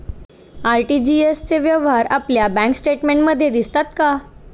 RTGS चे व्यवहार आपल्या बँक स्टेटमेंटमध्ये दिसतात का?